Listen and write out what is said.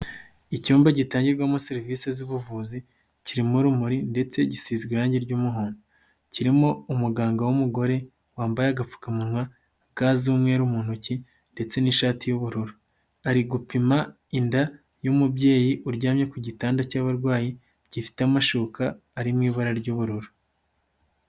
Icyumba gitangirwamo serivisi z'ubuvuzi kirimo urumuri ndetse gisizwe irangi ry'umuhondo, kirimo umuganga w'umugore wambaye agapfukamunwa, ga z'umweru mu ntoki ndetse n'ishati y'ubururu, ari gupima inda y'umubyeyi uryamye ku gitanda cy'abarwayi gifite amashuka ari mu ibara ry'ubururu.